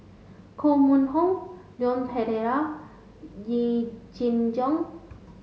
Koh Mun Hong Leon Perera Yee Jenn Jong